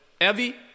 evie